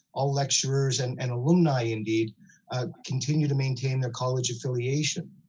all lecturers and and alumni and ah continue to maintain the college affiliation.